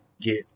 get